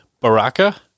Baraka